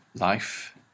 life